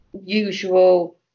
usual